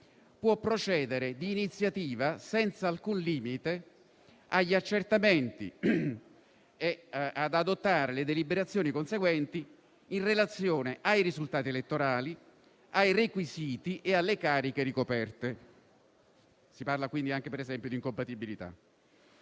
può procedere di propria iniziativa, senza alcun limite, agli accertamenti e adottare le deliberazioni conseguenti in relazione ai risultati elettorali, ai requisiti e alle cariche ricoperte. Si parla, quindi, anche di incompatibilità.